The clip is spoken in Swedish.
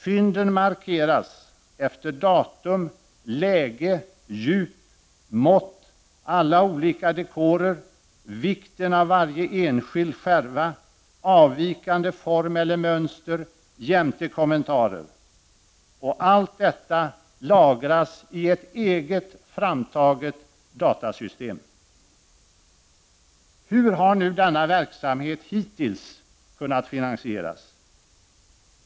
Fynden markeras efter datum, läge, djup, mått, alla olika dekorer, vikten av varje enskild skärva, avvikande form eller mönster jämte kommentarer. Allt detta lagras i ett eget framtaget datasystem. Hur har nu denna verksamhet hittills kunnat finansieras?